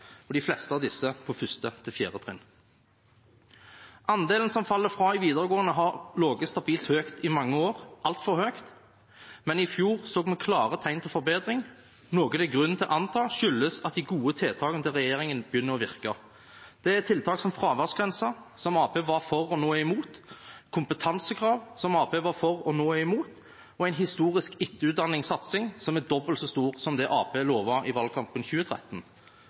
og de fleste av disse var på 1. til 4. trinn. Andelen som faller fra på videregående, har ligget stabilt høyt i mange år, altfor høyt, men i fjor så vi klare tegn til forbedring, noe det er grunn til å anta skyldes at de gode tiltakene til regjeringen begynner å virke. Det er tiltak som fraværsgrensen, som Arbeiderpartiet var for, men nå er imot; kompetansekrav, som Arbeiderpartiet var for, men nå er imot; og en historisk etterutdanningssatsing, som er dobbelt så stor som den Arbeiderpartiet lovet i valgkampen i 2013.